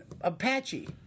Apache